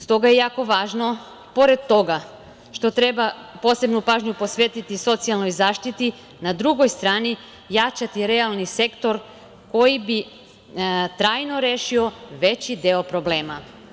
Stoga je jako važno, pored toga što treba posebnu pažnju posvetiti socijalnoj zaštiti, na drugoj strani jačati realni sektor, koji bi trajno rešio veći deo problema.